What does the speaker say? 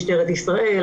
משטרת ישראל,